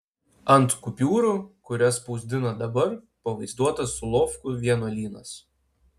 ant kupiūrų kurias spausdina dabar pavaizduotas solovkų vienuolynas